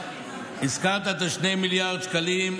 הזכרת את 2 מיליארד השקלים,